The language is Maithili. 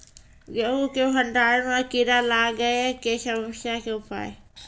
गेहूँ के भंडारण मे कीड़ा लागय के समस्या के उपाय?